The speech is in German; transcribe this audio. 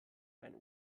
mein